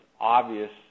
obvious